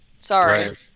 Sorry